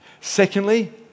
Secondly